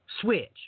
switch